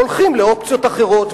הולכים לאופציות אחרות,